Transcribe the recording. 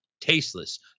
tasteless